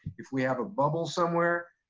if we have a bubble somewhere,